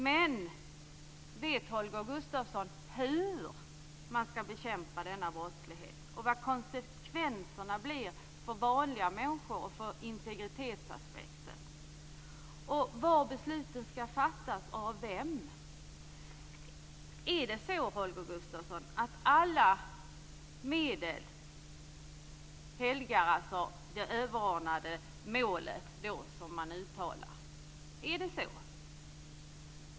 Men vet Holger Gustafsson hur man skall bekämpa denna brottslighet och vad konsekvenserna blir för vanliga människor och för integritetsaspekten? Var skall besluten fattas och av vem? Är det så, Holger Gustafsson, att alla medel helgar det överordnade mål som man uttalar? Är det så?